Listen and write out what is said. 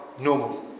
normal